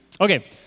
Okay